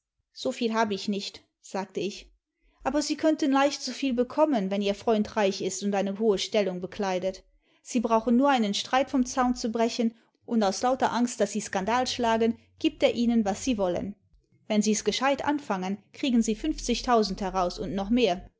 so viel habe ich nicht sagte ich yäber sie könnten leicht so viel bekommen wenn ihr freund reich ist und eine hohe stellung bekleidet sie brauchen nur einen streit vom zaune zu brechen imd aus lauter angst daß sie skandal schlagen gibt er ihnen was sie wollen wenn sie's gescheit anfangen kriegen sie fünfzigtausend heraus und noch mehr